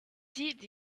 did